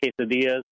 quesadillas